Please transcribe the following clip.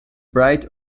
bright